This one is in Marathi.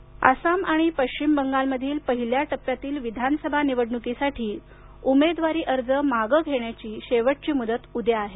निवडणक आयोग आसाम आणि पश्चिम बंगालमधील पहिल्या टप्प्यातील विधानसभा निवडणूकीसाठी उमेदवारी अर्ज मागं घेण्याची शेवटची मुदत उद्या आहे